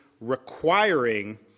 requiring